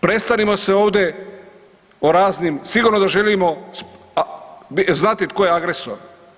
Prestanimo se ovdje o raznim, sigurno da želimo znati tko je agresor.